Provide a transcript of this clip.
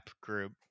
group